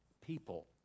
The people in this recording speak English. people